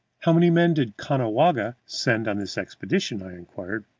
how many men did caughnawaga send on this expedition? i inquired.